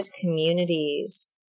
communities